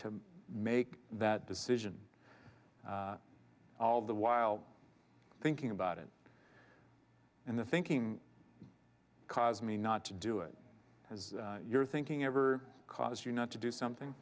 to make that decision all the while thinking about it and the thinking cause me not to do it as you're thinking ever caused you not to do something